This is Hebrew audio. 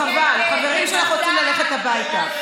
חבל, חברים שלך רוצים ללכת הביתה.